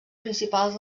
principals